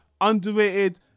underrated